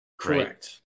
correct